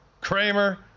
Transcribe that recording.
Kramer